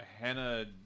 Hannah